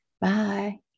Bye